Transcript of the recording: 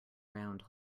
round